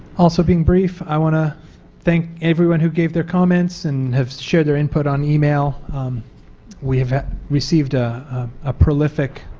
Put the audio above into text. also been brief, i want to thank everyone who gave the comments and have shared their input on email we have received a ah prolific